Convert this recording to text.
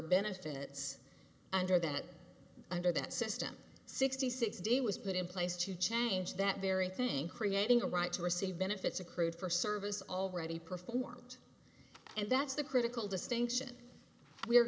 benefits under that under that system sixty six d was put in place to change that very thing creating a right to receive benefits accrued for service already performed and that's the critical distinction we're